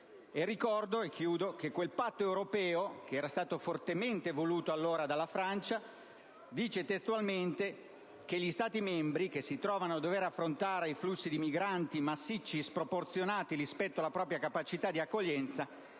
ricordo che quel Patto europeo, fortemente voluto a suo tempo dalla Francia, recita testualmente: «Gli Stati membri che si trovano a dover affrontare flussi di migranti massicci e sproporzionati rispetto alla propria capacità di accoglienza